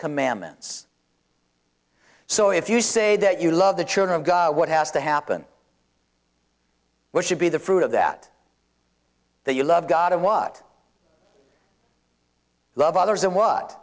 commandments so if you say that you love the children of god what has to happen what should be the fruit of that that you love god and what love others and what